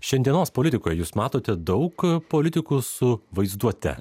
šiandienos politikoje jūs matote daug politikų su vaizduote